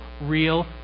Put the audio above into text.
real